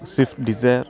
swift desire